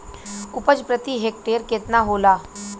उपज प्रति हेक्टेयर केतना होला?